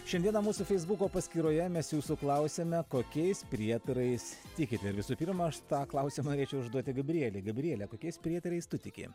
šiandieną mūsų feisbuko paskyroje mes jūsų klausėme kokiais prietarais tikit ir visų pirma aš tą klausimą norėčiau užduoti gabrielei gabriele kokiais prietarais tu tiki